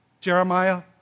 Jeremiah